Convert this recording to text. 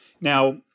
Now